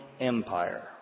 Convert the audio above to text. Empire